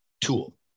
tool